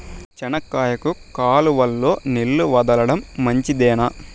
చెనక్కాయకు కాలువలో నీళ్లు వదలడం మంచిదేనా?